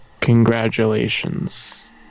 Congratulations